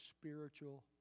spiritual